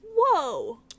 whoa